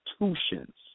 institutions